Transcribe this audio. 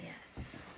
Yes